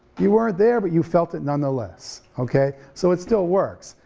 you weren't there, but you felt it nonetheless, okay? so it still works,